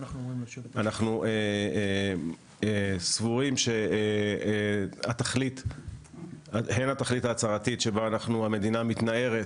אנחנו סבורים שהן התכלית ההצהרתית שבה המדינה מתנערת